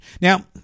Now